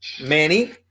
Manny